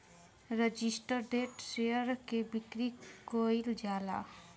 registered share के बिक्री कईल जाला